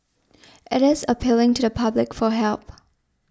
it is appealing to the public for help